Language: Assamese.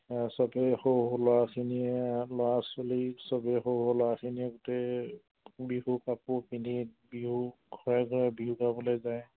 সবেই সৰু ল'ৰাখিনিয়ে ল'ৰা ছোৱালীক সবেই সৰু সৰু ল'ৰাখিনিয়ে গোটেই বিহু কাপোৰ পিন্ধি বিহু ঘৰে ঘৰে বিহু গাবলৈ যায়